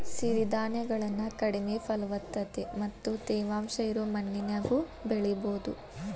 ಸಿರಿಧಾನ್ಯಗಳನ್ನ ಕಡಿಮೆ ಫಲವತ್ತತೆ ಮತ್ತ ತೇವಾಂಶ ಇರೋ ಮಣ್ಣಿನ್ಯಾಗು ಬೆಳಿಬೊದು